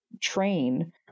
train